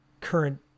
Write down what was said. current –